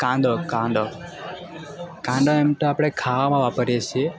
કાંદો કાંદો કાંદા એમ તો આપણે ખાવામાં વાપરીએ છીએ